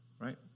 right